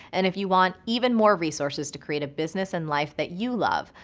and if you want even more resources to create a business and life that you love,